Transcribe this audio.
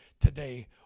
today